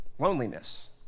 Loneliness